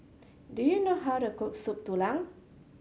do you know how to cook Soup Tulang